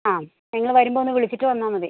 ആ നിങ്ങൾ വരുമ്പോൾ ഒന്ന് വിളിച്ചിട്ട് വന്നാൽ മതി